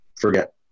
forget